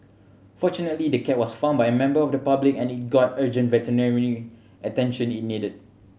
fortunately the cat was found by a member of the public and it got the urgent veterinary attention it needed